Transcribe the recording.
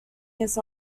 years